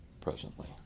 presently